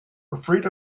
afraid